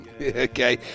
Okay